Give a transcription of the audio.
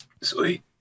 Sweet